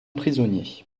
prisonnier